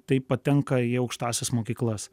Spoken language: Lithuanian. tai patenka į aukštąsias mokyklas